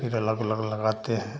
फिर अलग अलग लगाते हैं